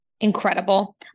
Incredible